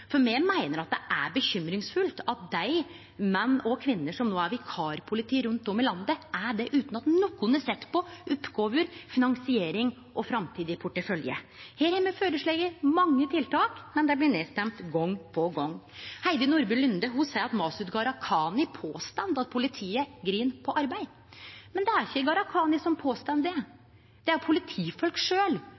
for me meiner det er bekymringsfullt at dei menn og kvinner som no er vikarpoliti rundt om i landet, er det utan at nokon har sett på oppgåver, finansiering og framtidig portefølje. Her har me føreslått mange tiltak, men dei blir nedstemde gong på gong. Heidi Nordby Lunde seier at Masud Gharahkhani påstår at politiet grin på arbeid, men det er ikkje Gharahkhani som påstår det, det er politifolk